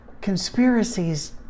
conspiracies